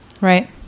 Right